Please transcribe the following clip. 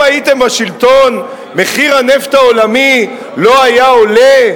הייתם בשלטון מחיר הנפט העולמי לא היה עולה?